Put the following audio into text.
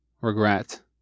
regret